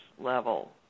level